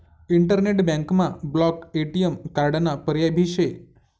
internet बँकमा block ATM कार्डाना पर्याय भी शे